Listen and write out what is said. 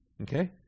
okay